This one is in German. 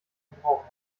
gebrauch